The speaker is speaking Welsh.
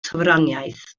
sofraniaeth